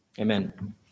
Amen